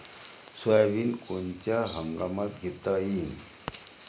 Soybean कोनच्या हंगामात घेता येईन?